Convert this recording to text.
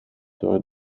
door